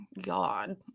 God